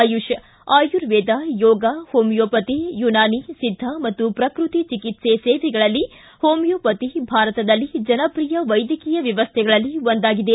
AYUSH Ayurveda yoga homeopathy Unani Siddha ಮತ್ತು ಪ್ರಕೃತಿ ಚಿಕಿತ್ಸೆ ಸೇವೆಗಳಲ್ಲಿ ಹೋಮಿಯೊಪತಿ ಭಾರತದಲ್ಲಿ ಜನಪ್ರಿಯ ವೈದ್ಯಕೀಯ ವ್ಯವಸ್ಥೆಗಳಲ್ಲಿ ಒಂದಾಗಿದೆ